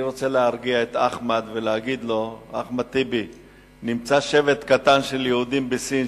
אני רוצה להרגיע את אחמד טיבי ולהגיד לו שנמצא שבט קטן של יהודים בסין,